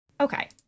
Okay